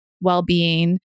well-being